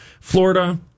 Florida